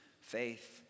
faith